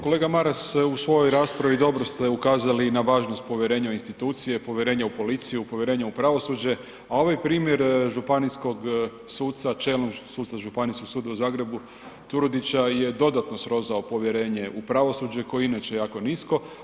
Kolega Maras u svojoj raspravi dobro ste ukazali na važnost povjerenja u institucije, povjerenja u policiju, povjerenja u pravosuđe, a ovaj primjer županijskog suca, čelnog suca Županijskog suda u Zagrebu Turudića je dodatno srozao povjerenje u pravosuđe koje je inače jako nisko.